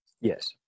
Yes